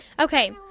Okay